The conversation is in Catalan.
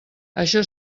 això